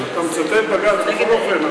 אתה מצטט בג"ץ בכל אופן,